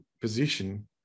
position